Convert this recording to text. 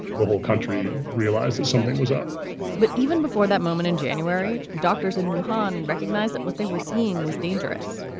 the whole country realized that something was up but even before that moment in january, doctors in duhon recognized that what they were seeing was dangerous.